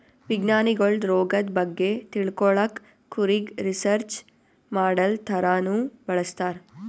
ವಿಜ್ಞಾನಿಗೊಳ್ ರೋಗದ್ ಬಗ್ಗೆ ತಿಳ್ಕೊಳಕ್ಕ್ ಕುರಿಗ್ ರಿಸರ್ಚ್ ಮಾಡಲ್ ಥರಾನೂ ಬಳಸ್ತಾರ್